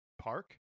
park